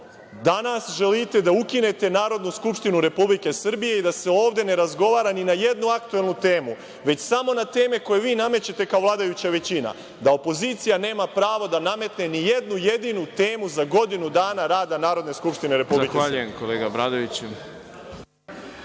želite da ukinete Narodnu skupštinu Republike Srbije i da se ovde ne razgovara ni na jednu aktuelnu temu, već samo na teme koje vi namećete kao vladajuća većina, da opozicija nema pravo da nametne ni jednu jedinu temu za godinu dana rada Narodne skupštine Republike Srbije. **Đorđe Milićević**